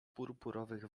purpurowych